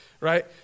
right